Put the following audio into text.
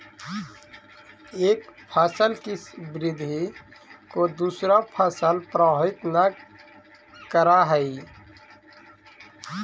एक फसल की वृद्धि को दूसरा फसल प्रभावित न करअ हई